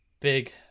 Big